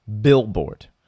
billboard